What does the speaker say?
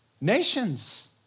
nations